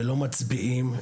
ולא מצביעים,